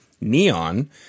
Neon